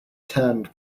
turned